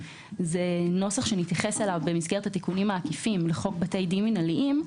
וזה נוסח שנתייחס אליו במסגרת התיקונים העקיפים לחוק בתי דין מינהליים.